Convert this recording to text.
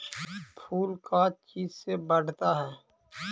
फूल का चीज से बढ़ता है?